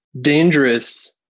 dangerous